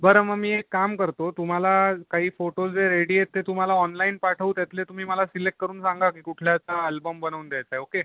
बरं मग मी एक काम करतो तुम्हाला काही फोटोज जे रेडी आहेत ते तुम्हाला ऑनलाईन पाठवू त्यातले तुम्ही मला सिलेक्ट करून सांगा की कुठल्याचा अल्बम बनवून द्यायचा आहे ओके